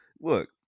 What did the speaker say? look